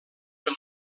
del